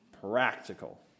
practical